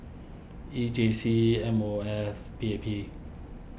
E J C M O F P A P